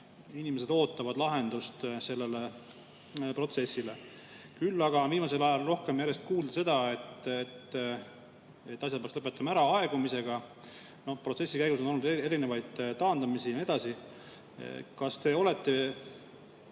inimesed ootavad lahendust sellele protsessile. Küll aga on viimasel ajal järjest rohkem kuulda seda, et asja peaks lõpetama ära aegumisega. Protsessi käigus on olnud erinevaid taandamisi ja nii edasi. Kas te olete